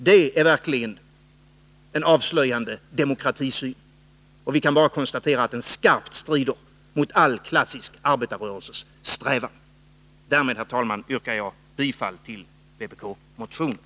Det är verkligen en avslöjande demokratisyn, och vi kan bara konstatera att den skarpt strider mot all klassisk arbetarrörelses strävan. Därmed, herr talman, yrkar jag bifall till vpk-motionen.